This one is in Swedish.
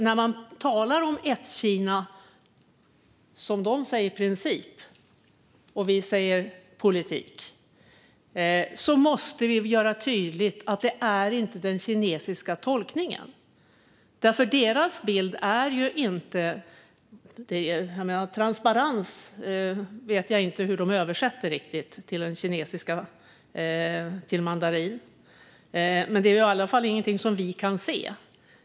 När det talas om ett-Kina-princip, som de säger, medan vi säger ett-Kina-politik, måste vi göra tydligt att det inte är den kinesiska tolkningen som gäller. Jag vet inte riktigt hur de översätter transparens till mandarin, men det är i alla fall inget som vi kan se.